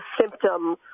symptom